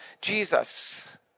Jesus